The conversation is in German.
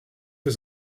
für